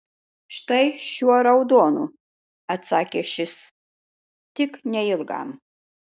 štai šiuo raudonu atsakė šis tik neilgam